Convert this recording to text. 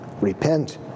Repent